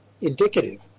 indicative